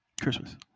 Christmas